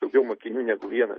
daugiau mokinių negu viena